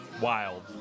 Wild